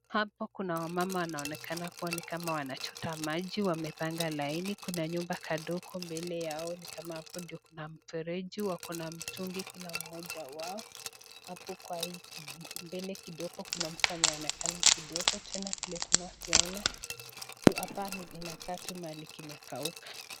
Hapa kuna wamama wanaonekana kuwa ni kama wanachota maji, wamepnga laini, kuna nyumba kadogo huko mbele yao ni kama hapo ndo kuna mfereji, wako na mtungi kila mmoja wao, mbele kidogo kuna mtu ameonekana kidogo, tena vile tunavyoona hapa inakaa tu mahali imekauka.